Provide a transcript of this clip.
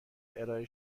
ارائه